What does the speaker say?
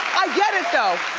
i get it though,